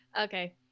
Okay